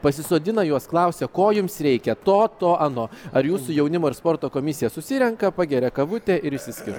pasisodina juos klausia ko jums reikia to to ano ar jūsų jaunimo ir sporto komisija susirenka pageria kavutę ir išsiskirsto